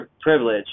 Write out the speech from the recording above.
privilege